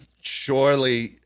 Surely